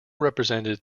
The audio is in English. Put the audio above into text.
represented